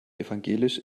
evangelisch